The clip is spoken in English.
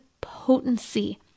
potency